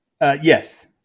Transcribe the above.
Yes